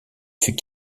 fut